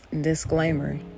Disclaimer